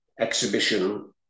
exhibition